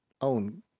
own